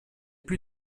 plus